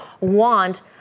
want